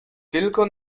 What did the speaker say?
tylko